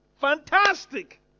Fantastic